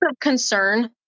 concern